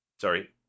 sorry